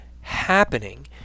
happening